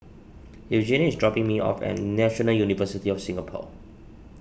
Eugenia is dropping me off at National University of Singapore